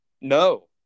No